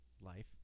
life